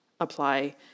apply